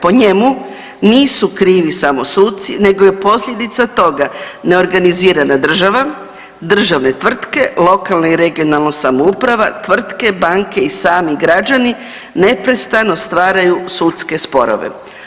Po njemu nisu krivi samo suci, nego je posljedica toga neorganizirana država, državne tvrtke, lokalna i regionalna samouprava, tvrtke, banke i sami građani neprestano stvaraju sudske sporove.